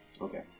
Okay